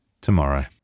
Tomorrow